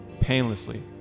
painlessly